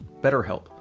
BetterHelp